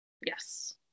Yes